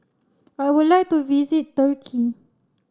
I would like to visit Turkey